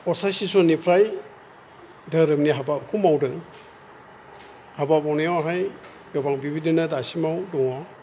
पसासि सननिफ्राय धोरोमनि हाबाखौ मावदों हाबा मावनायावहाय गोबां बिबायदिनो दासिमाव दङ